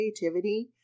creativity